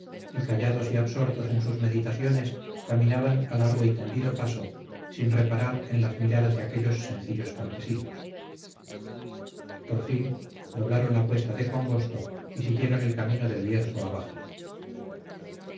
y callados y absortos en sus meditaciones caminaban a largo y tendido paso sin reparar en las miradas de aquellos sencillos campesinos por fin doblaron la cuesta de congosto y siguieron el camino del bierzo abajo